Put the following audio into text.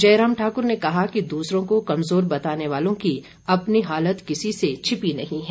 जयराम ठाकुर ने कहा कि दूसरों को कमजोर बताने वालों की अपनी हालत किसी से छिपी नहीं है